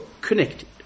connected